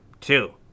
Two